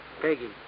Peggy